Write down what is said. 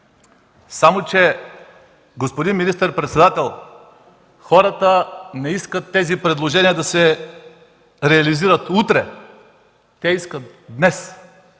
само че, господин министър-председател, хората не искат тези предложения да се реализират утре, те искат днес.